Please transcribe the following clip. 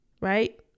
Right